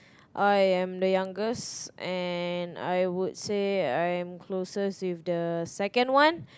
I am the youngest and I would say I'm closest with the second one